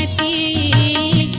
a